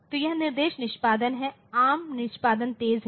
तो यह निर्देश निष्पादन है एआरएम निष्पादन तेज है